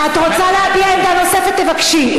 את רוצה להביע עמדה נוספת, תבקשי.